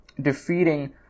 defeating